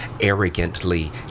arrogantly